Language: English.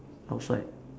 outside